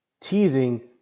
teasing